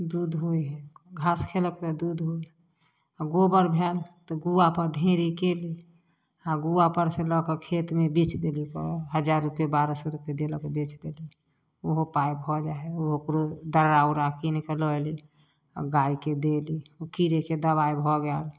दूध होइ है घास खेलक तऽ दूध होल आओर गोबर भेल तऽ गुआपर ढेरी कयली आओर गुआपर सँ लअके खेतमे बेच देली हजार रुपैये बारह सए रुपैए देलक बेच देली उहो पाइ भऽ जैइ हइ उहो ओकरो दर्रा उर्रा कीनके लअ अयली आओर गायके देली कीड़ेके दबाइ भऽ गेल